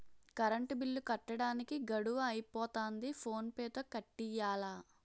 current bill కట్టడానికి గడువు అయిపోతంది ఫోన్ పే తో కట్టియ్యాల